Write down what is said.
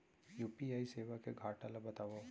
UPI सेवा के घाटा ल बतावव?